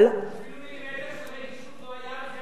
אבל, אפילו מילימטר של רגישות לא היה,